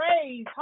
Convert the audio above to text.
praise